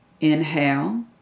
inhale